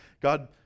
God